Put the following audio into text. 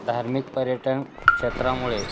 धार्मिक पर्यटन क्षेत्रामुळे